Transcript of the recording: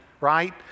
right